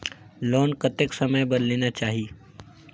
Loan कतेक समय बर लेना चाही?